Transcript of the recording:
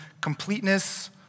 completeness